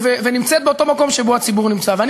עכשיו, אני